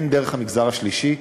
הן דרך המגזר השלישי,